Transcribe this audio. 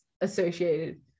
associated